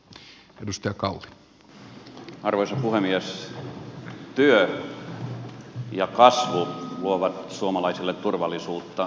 työ ja kasvu luovat suomalaisille turvallisuutta